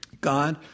God